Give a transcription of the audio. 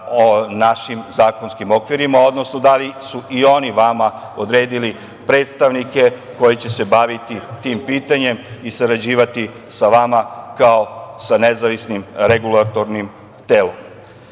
našim zakonskim okvirima, odnosno da li su i oni vama odredili predstavnike koji će se baviti tim pitanjem i sarađivati sa vama, kao sa nezavisnim regulatornim telom? Ono